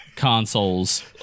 consoles